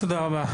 --- תודה רבה.